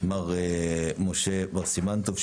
מר משה בר סימן טוב,